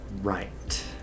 Right